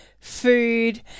food